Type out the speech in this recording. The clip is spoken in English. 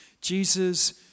Jesus